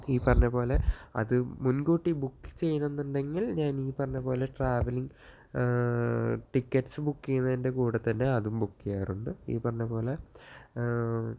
ഈ പറഞ്ഞ പോലെ അത് മുന്കൂട്ടി ബുക്ക് ചെയ്യണമെന്നുണ്ടെങ്കില് ഞാൻ ഈ പറഞ്ഞ പോലെ ട്രാവല്ലിംഗ് ടിക്കെട്സ് ബുക്ക് ചെയ്യുന്നതിൻ്റെ കൂടെത്തന്നെ അതും ബുക്ക് ചെയ്യാറുണ്ട് ഈ പറഞ്ഞപോലെ